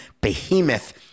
behemoth